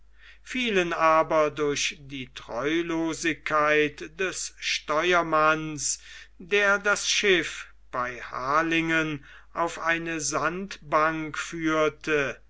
fielen aber durch die treulosigkeit des steuermanns der das schiff bei harlingen auf eine sandbank führte